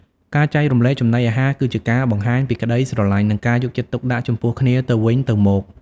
ការចែករំលែកចំណីអាហារគឺជាការបង្ហាញពីក្តីស្រឡាញ់និងការយកចិត្តទុកដាក់ចំពោះគ្នាទៅវិញទៅមក។